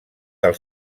del